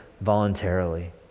voluntarily